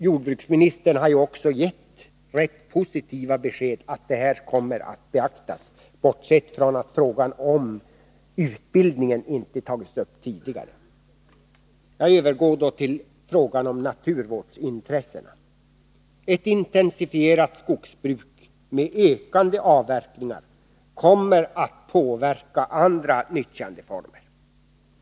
Jordbruksministern har ju också gett ett rätt positivt besked om att detta kommer att beaktas, bortsett från att frågan om utbildning inte tagits upp tidigare. Jag övergår nu till frågan om naturvårdsintressena. Ett intensifierat skogsbruk med ökande avverkningar kommer att påverka andra nyttjandeformer.